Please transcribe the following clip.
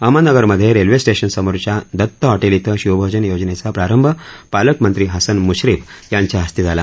अहमदनगरमधे railway स्टेशनसमोरच्या Datta hotel इथं शिवभोजन योजनेचा प्रारंभ पालकमंत्री हसन मुश्रीफ यांच्या हस्ते झाला